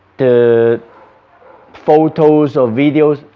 the photos or videos,